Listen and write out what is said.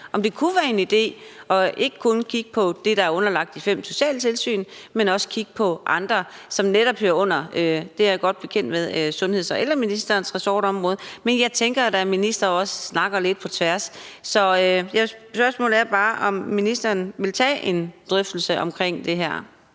om det kunne være en idé ikke kun at kigge på det, der er underlagt de fem socialtilsyn, men også kigge på andet, som netop hører under sundheds- og ældreministerens ressortområde. Jeg er godt bekendt med, at det hører under sundheds- og ældreministerens ressortområde, men jeg tænker da, at ministre også snakker lidt på tværs, så spørgsmålet er bare, om ministeren vil tage en drøftelse af det her.